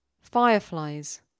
Fireflies